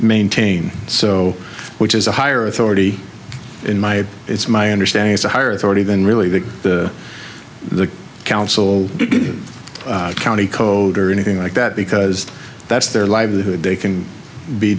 maintain so which is a higher authority in my it's my understanding it's a higher authority than really that the council didn't county code or anything like that because that's their livelihood they can be